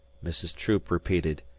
mrs. troop repeated.